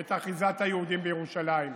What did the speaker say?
את אחיזת היהודים בירושלים,